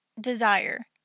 desire